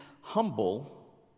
humble